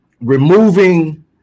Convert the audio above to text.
Removing